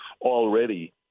already